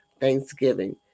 Thanksgiving